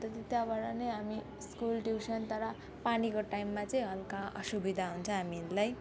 अन्त त त्यहाँबाट नै हामी स्कुल ट्युसन तर पानीको टाइममा चाहिँ हल्का असुविधा हुन्छ हामीहरूलाई